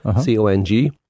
C-O-N-G